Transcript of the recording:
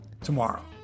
tomorrow